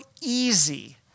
easy